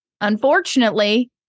unfortunately